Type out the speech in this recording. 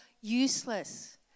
useless